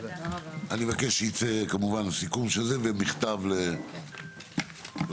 אני מבקש שיצא סיכום של זה ומכתב לצדדים.